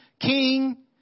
king